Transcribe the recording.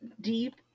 deep